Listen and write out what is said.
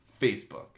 Facebook